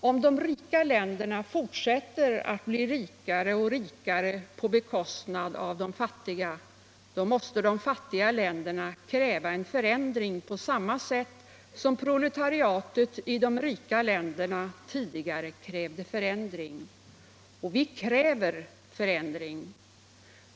Om de rika länderna fortsätter att bli rikare och rikare på bekostnad av de fattiga, måste de fattiga länderna kräva en förändring på samma sätt som proletariatet i de rika länderna tidigare krävde förändring. Och vi kräver förändring.